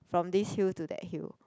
from this hill to that hill